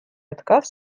отказ